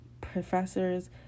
professors